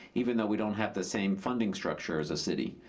even though we don't have the same funding structure as a city.